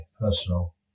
personal